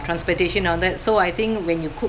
transportation all that so I think when you cook